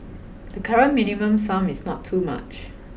the current minimum sum is not too much